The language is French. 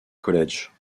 college